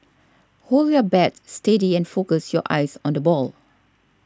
hold your bat steady and focus your eyes on the ball